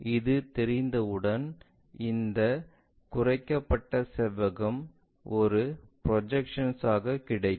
இது தெரிந்தவுடன் இந்த குறைக்கப்பட்ட செவ்வகம் ஒரு ப்ரொஜெக்ஷன் ஆக கிடைக்கும்